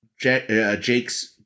Jake's